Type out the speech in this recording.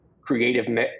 creative